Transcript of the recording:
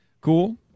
cool